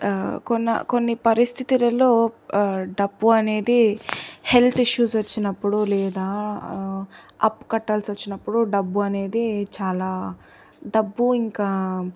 కొన్న కొన్ని పరిస్థితులలో డబ్బు అనేది హెల్త్ ఇష్యూస్ వచ్చినప్పుడు లేదా అప్పు కట్టాల్సి వచ్చినప్పుడు డబ్బు అనేది చాలా డబ్బు ఇంకా